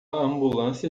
ambulância